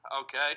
Okay